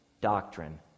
doctrine